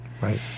Right